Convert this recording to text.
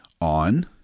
on